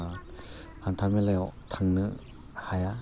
हान्थामेलायाव थांनो हाया